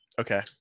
okay